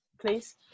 please